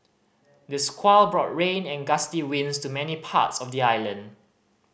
the squall brought rain and gusty winds to many parts of the island